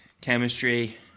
chemistry